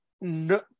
no